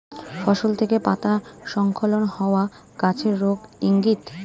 ফসল থেকে পাতা স্খলন হওয়া গাছের রোগের ইংগিত